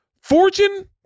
Fortune